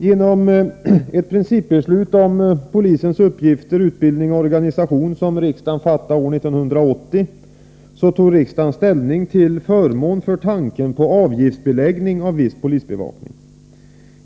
Genom ett principbeslut om polisens uppgifter, utbildning och organisation som riksdagen fattade år 1980 tog riksdagen ställning till förmån för tanken på avgiftsbeläggning av viss polisbevakning.